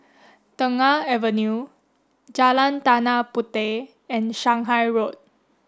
Tengah Avenue Jalan Tanah Puteh and Shanghai Road